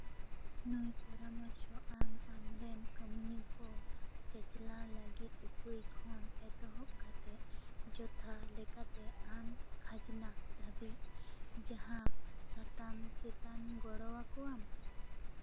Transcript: ᱱᱩᱭ ᱯᱚᱨᱟᱢᱚᱨᱥᱚ ᱟᱢ ᱟᱢᱨᱮᱱ ᱠᱟᱹᱢᱤᱭᱟᱹ ᱠᱚ ᱪᱟᱪᱞᱟᱣ ᱞᱟᱹᱜᱤᱫ ᱩᱯᱟᱹᱭ ᱠᱷᱚᱱ ᱮᱛᱚᱦᱚᱵ ᱠᱟᱛᱮᱫ ᱡᱚᱛᱷᱟᱛ ᱞᱮᱠᱟᱛᱮ ᱟᱢ ᱠᱷᱟᱡᱽᱱᱟ ᱫᱷᱟᱹᱵᱤᱡ ᱡᱟᱦᱟᱸ ᱥᱟᱛᱟᱢ ᱪᱮᱛᱟᱱ ᱜᱚᱲᱳ ᱟᱠᱳᱣᱟᱢ